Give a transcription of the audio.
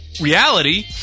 reality